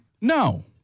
No